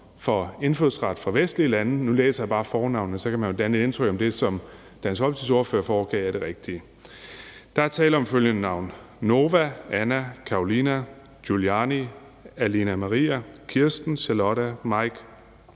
fornavne på folk fra vestlige lande, som får indfødsret, og så kan man jo danne sig et indtryk af, om det, som Dansk Folkepartis ordfører foregav, er det rigtige. Der er tale om følgende navne: Nova, Anna, Karoline, Giuliano, Alina-Maria, Kirsten, Charlotta, Mike,